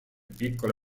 piccolo